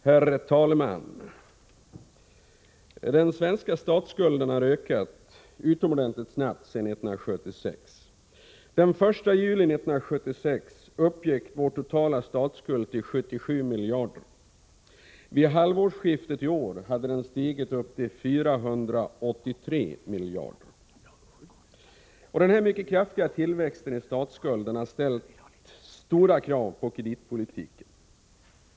Herr talman! Den svenska statsskulden har ökat utomordentligt snabbt sedan 1976. Den 1 juli 1976 uppgick vår totala statsskuld till 77 miljarder. Vid halvårsskiftet i år hade den stigit till 483 miljarder. Den mycket kraftiga tillväxten i statsskulden har ställt stora krav på kreditpolitiken.